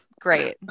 great